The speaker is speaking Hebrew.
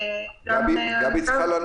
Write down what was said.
סטודנטים,